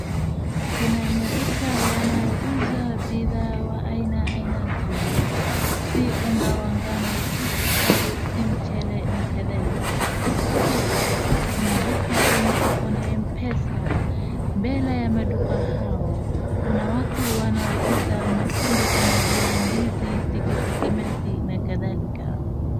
Kuna maduka yanayouza bidhaa wa aina ainati, si unga wa ngano, si sukari si mchele nakadhalika. Pia kuna duka yenye iko na mpesa mbele ya maduka hayo, kuna watu wanaouza matunda kama vile ndizi, tikiti maji nakadhalika